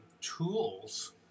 tools